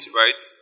right